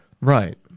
right